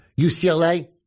UCLA